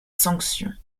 sanction